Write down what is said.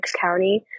County